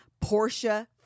Portia